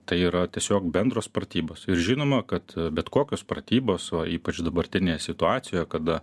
tai yra tiesiog bendros pratybos ir žinoma kad bet kokios pratybos o ypač dabartinė situacija kada